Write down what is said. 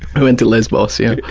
we went to lesbos, yeh.